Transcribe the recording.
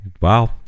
Wow